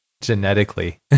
Genetically